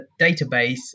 database